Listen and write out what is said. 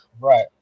Right